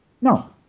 No